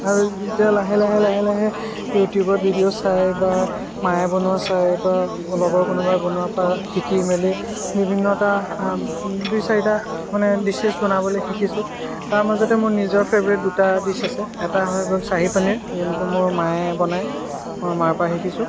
আৰু এতিয়া লাহে লাহে লাহে লাহে ইউটিউবত ভিডিঅ' চাই বা মায়ে বনোৱা চাই বা লগৰ কোনোবাই বনোৱা পৰা শিকি মেলি বিভিন্নটা দুই চাৰিটা মানে ডিছেচ বনাবলৈ শিকিছোঁ তাৰ মাজতে মোৰ নিজৰ ফেভৰেট দুটা ডিছ আছে এটা হৈ গ'ল ছাহী পনীৰ আৰু ইটো মোৰ মায়ে বনায় মাৰ পৰা শিকিছোঁ